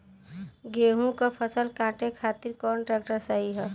गेहूँक फसल कांटे खातिर कौन ट्रैक्टर सही ह?